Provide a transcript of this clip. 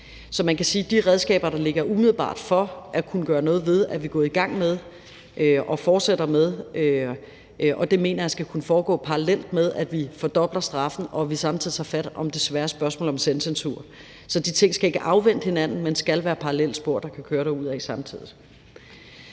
Så man kan sige, at de redskaber, der ligger umiddelbart for i forhold til at gøre noget ved det, er vi gået i gang med at bruge, og det fortsætter vi med, og det mener jeg skal kunne foregå parallelt med, at vi fordobler straffene, og at vi samtidig tager fat om det svære spørgsmål om selvcensur. Så de ting skal ikke afvente hinanden, men skal være parallelle spor, der kan køre derudad samtidig.